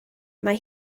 mae